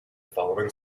following